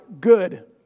good